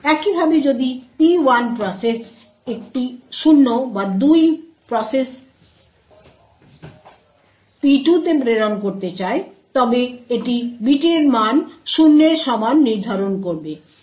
একইভাবে যদি P1 process একটি 0 বা দুই প্রসেস P2 তে প্রেরণ করতে চায় তবে এটি বিটের মান 0 এর সমান নির্ধারণ করবে